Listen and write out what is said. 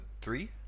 Three